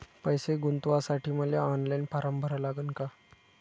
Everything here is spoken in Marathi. पैसे गुंतवासाठी मले ऑनलाईन फारम भरा लागन का?